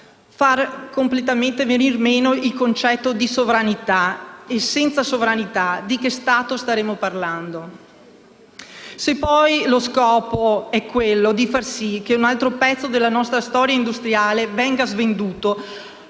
fa completamente venir meno il concetto di sovranità. E, senza sovranità, di che Stato stiamo parlando? Se poi lo scopo è quello di far sì che un altro pezzo della nostra storia industriale venga svenduto,